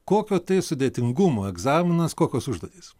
kokio tai sudėtingumo egzaminas kokios užduotys